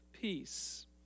Peace